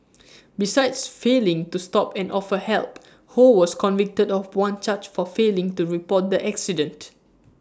besides failing to stop and offer help ho was convicted of one charge for failing to report the accident